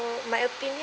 my opinion